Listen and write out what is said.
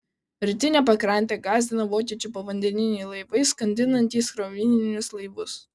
rytinę pakrantę gąsdino vokiečių povandeniniai laivai skandinantys krovininius laivus